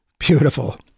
Beautiful